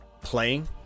playing